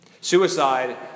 Suicide